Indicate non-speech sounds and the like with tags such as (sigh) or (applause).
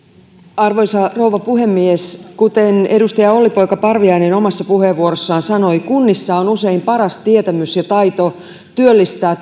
arvoisa rouva puhemies kuten edustaja olli poika parviainen omassa puheenvuorossaan sanoi kunnissa on usein paras tietämys ja taito työllistää (unintelligible)